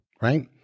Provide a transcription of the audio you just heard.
right